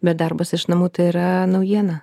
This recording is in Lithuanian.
bet darbas iš namų tai yra naujiena